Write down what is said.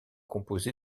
composé